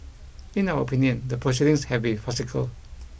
in our opinion the proceedings have been farcical